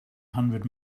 hundred